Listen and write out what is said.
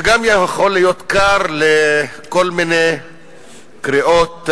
וגם יכול להיות כר לכל מיני קריאות